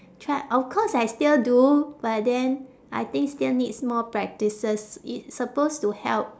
try of course I still do but then I think still needs more practices it's supposed to help